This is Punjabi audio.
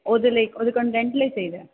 ਉਹਦੇ ਲਈ ਉਹਦੇ ਕੋਂਟੰਟ ਲਈ ਚਾਹੀਦਾ